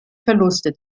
verluste